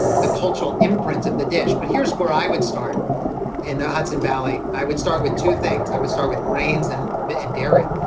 the cultural imprint of the dish. but here's where i would start in the hudson valley. i would start with two things. i would start with grains and dairy,